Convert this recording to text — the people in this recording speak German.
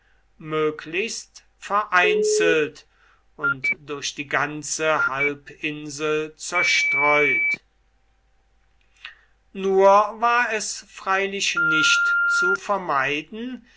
möglichst vereinzelt und durch die ganze halbinsel zerstreut nur war es freilich nicht zu vermeiden